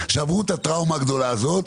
שעברו את הטראומה הגדולה הזאת.